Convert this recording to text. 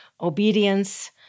obedience